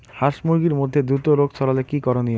হাস মুরগির মধ্যে দ্রুত রোগ ছড়ালে কি করণীয়?